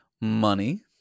money